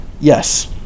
yes